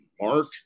mark